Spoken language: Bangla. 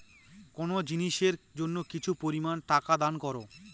কোনো জিনিসের জন্য কিছু পরিমান টাকা দান করো